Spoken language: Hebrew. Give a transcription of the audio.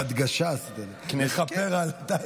עשית את זה בהדגשה, לכפר על טלי.